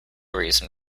reason